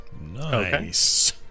Nice